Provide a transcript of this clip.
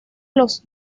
los